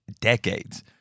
decades